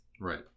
Right